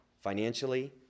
financially